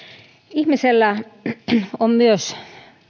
ihmisellä on myös